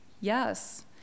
Yes